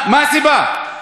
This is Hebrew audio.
מה הסיבה?